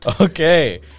Okay